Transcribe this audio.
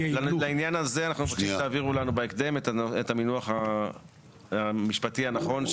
לעניין הזה אנחנו מבקשים שתעבירו לנו בהקדם את המינוח המשפטי הנכון,